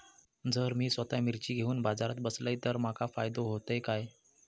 जर मी स्वतः मिर्ची घेवून बाजारात बसलय तर माका फायदो होयत काय?